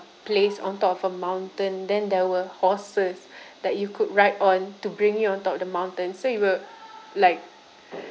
place on top of a mountain then there were horses that you could ride on to bring you on top of the mountain so you were like